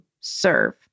serve